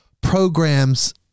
programs